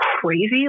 crazy